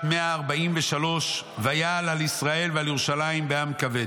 143 ויעל על ישראל ועל ירושלים בעם כבד".